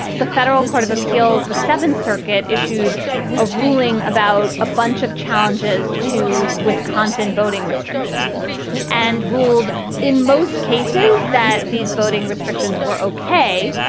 the federal court of appeals, the seventh circuit, issued a ruling about a bunch of challenges to wisconsin voting restrictions and ruled in most cases that these voting restrictions were okay.